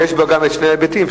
שיש בה שני ההיבטים,